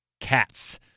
cats